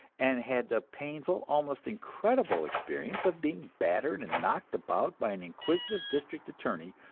and had the painful, almost incredible experience of being battered and knocked about by an inquisitive district attorney,